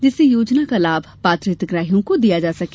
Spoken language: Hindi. जिससे योजना का लाभ पात्र हितग्राहियों को दिया जा सके